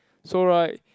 so right